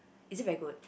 is it very good